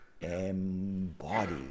embody